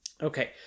Okay